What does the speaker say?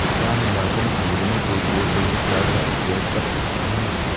क्या मैं राशन खरीदने के लिए क्रेडिट कार्ड का उपयोग कर सकता हूँ?